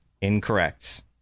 Incorrect